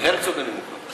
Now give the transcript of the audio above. של הרצוג אני מוכן.